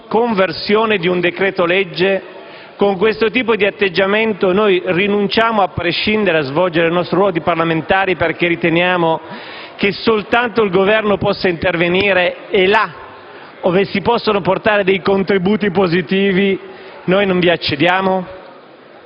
conversione di un decreto‑legge, con questo tipo di atteggiamento rinunciamo, a prescindere, a svolgere il nostro ruolo di parlamentari, perché riteniamo che soltanto il Governo possa intervenire e, ove si possono portare contributi positivi, non vi accediamo?